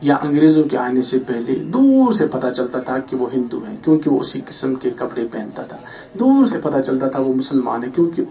یا انگریزوں کے آنے سے پہلے دور سے پتہ چلتا تھا کہ وہ ہندو ہیں کیونکہ وہ اسی قسم کے کپڑے پہنتا تھا دور سے پتہ چلتا تھا وہ مسلمان ہے کیونکہ